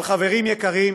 אבל, חברים יקרים,